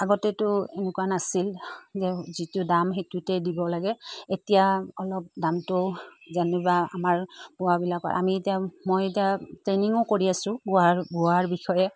আগতেতো এনেকুৱা নাছিল যে যিটো দাম সেইটোতে দিব লাগে এতিয়া অলপ দামটো যেনিবা আমাৰ বোৱাবিলাকৰ আমি এতিয়া মই এতিয়া ট্ৰেইনিঙো কৰি আছো বোৱাৰ বোৱাৰোৱাৰ বিষয়ে